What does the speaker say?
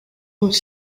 uns